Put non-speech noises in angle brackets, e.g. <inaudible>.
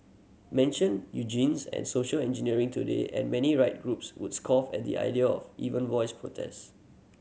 mention <unintelligible> and social engineering today and many right groups would scoff at the idea of even voice protest